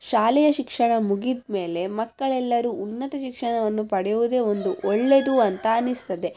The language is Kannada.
ಶಾಲೆಯ ಶಿಕ್ಷಣ ಮುಗಿದ್ಮೇಲೆ ಮಕ್ಕಳೆಲ್ಲರು ಉನ್ನತ ಶಿಕ್ಷಣವನ್ನು ಪಡೆಯುವುದೇ ಒಂದು ಒಳ್ಳೆದು ಅಂತ ಅನ್ನಿಸ್ತದೆ